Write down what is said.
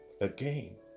Again